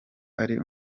ari